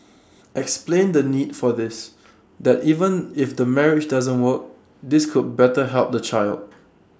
explain the need for this that even if the marriage doesn't work this could better help the child